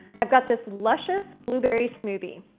i've got this luscious blueberry smoothie.